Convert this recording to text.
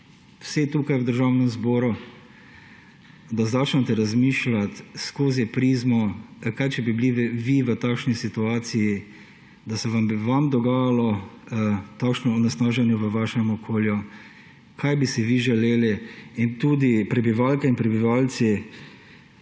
vse tukaj v Državnem zboru, da začnete razmišljati skozi prizmo, kaj če bi bili vi v taki situaciji, da bi se vam dogajalo takšno onesnaženje v takšnem okolju, kaj bi si vi želeli. Tudi prebivalke in prebivalci